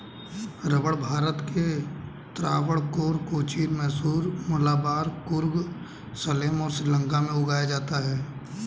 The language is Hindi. रबड़ भारत के त्रावणकोर, कोचीन, मैसूर, मलाबार, कुर्ग, सलेम और श्रीलंका में उगाया जाता है